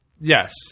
Yes